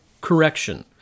correction